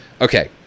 okay